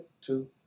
Two